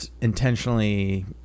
intentionally